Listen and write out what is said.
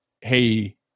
Hey